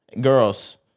girls